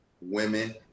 women